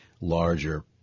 larger